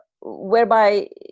whereby